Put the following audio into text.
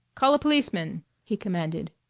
call a policeman! he commanded.